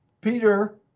Peter